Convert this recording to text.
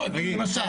למשל.